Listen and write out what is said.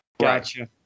Gotcha